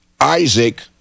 Isaac